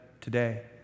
today